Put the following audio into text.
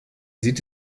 sieht